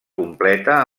completa